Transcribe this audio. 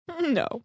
No